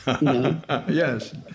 Yes